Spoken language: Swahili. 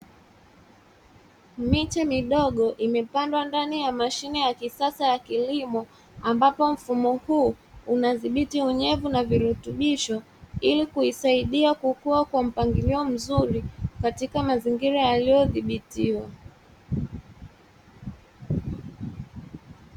Miti midogo imepandwa ndani ya Mashine ya kisasa ya kilimo, ambapo mfumo huu unadhibiti unyevu na virutubisho ili kuisaidia kukua kwa mpangilio mzuri katika mazingira yaliyo dhibitiwa.